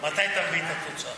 מתי תביא את התוצאות.